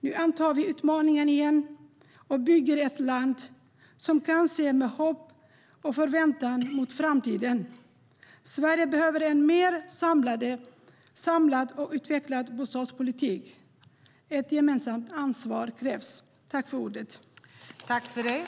Nu antar vi utmaningen igen, och vi bygger ett land som kan se med hopp och förväntan mot framtiden.